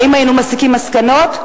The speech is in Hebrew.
האם היינו מסיקים מסקנות?